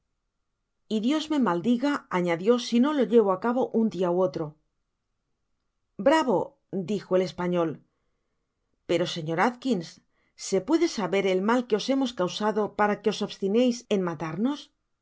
y dios me maldiga anadio si no lo llevo á cabo un dia ú otro bravo dijo el español pero sr atkins se puede saber el mal que os hemos causado para que os obstineis en matarnos qué